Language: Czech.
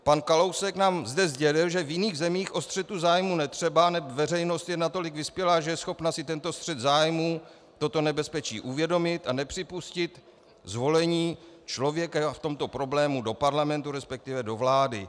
Pan Kalousek nám zde sdělil, že v jiných zemích o střetu zájmů netřeba, neb veřejnost je natolik vyspělá, že je schopna si tento střet zájmů, toto nebezpečí uvědomit a nepřipustit zvolení člověka v tomto problému do parlamentu, resp. do vlády.